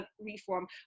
reform